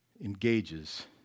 engages